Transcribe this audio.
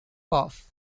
off